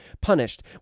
punished